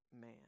man